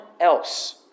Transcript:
else